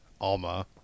Alma